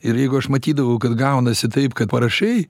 ir jeigu aš matydavau kad gaunasi taip kaip parašei